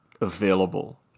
available